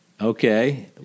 Okay